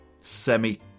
semi